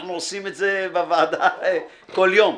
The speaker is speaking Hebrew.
אנחנו עושים את זה בוועדה כל יום,